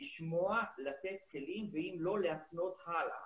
לשמוע, לתת כלים, ואם לא להפנות הלאה.